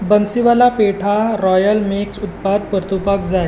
Bansiwala petha royal mix उत्पाद परतुवपाक जाय